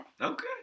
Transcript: Okay